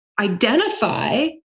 identify